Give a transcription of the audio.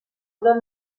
oder